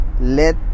Let